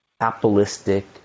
capitalistic